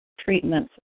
treatments